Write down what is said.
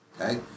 Okay